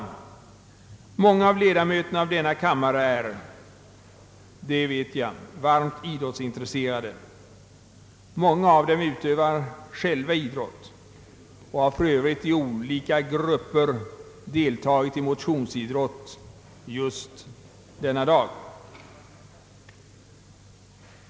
Jag vet att många av ledamöterna i denna kammare är varmt idrottsintresserade och att många själva utövar idrott. Många av dem har för övrigt i olika grupper deltagit i motionsidrott just denna dag.